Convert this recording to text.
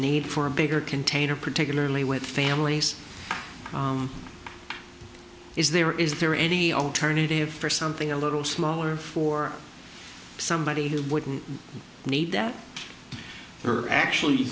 need for a bigger container particularly with families is there is there any alternative for something a little smaller for somebody who wouldn't need that there are actually